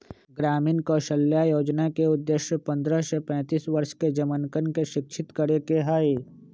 ग्रामीण कौशल्या योजना के उद्देश्य पन्द्रह से पैंतीस वर्ष के जमनकन के शिक्षित करे के हई